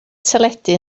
teledu